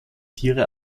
tiere